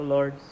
Lord